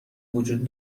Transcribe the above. وجود